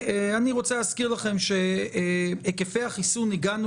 אני רוצה להזכיר לכם שלהיקפי החיסון הגענו